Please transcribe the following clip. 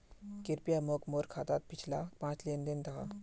कृप्या मोक मोर खातात पिछला पाँच लेन देन दखा